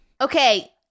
Okay